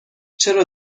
چرا